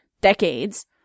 decades